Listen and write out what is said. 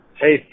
Hey